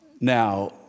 Now